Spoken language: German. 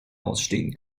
ausstehen